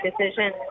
decision